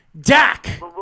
Dak